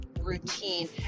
routine